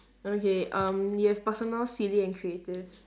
okay um you have personal silly and creative